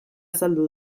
azaldu